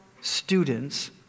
students